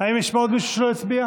האם יש פה עוד מישהו שלא הצביע?